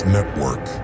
Network